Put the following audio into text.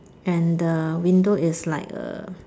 and the window is like a